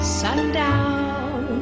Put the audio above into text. sundown